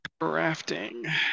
Crafting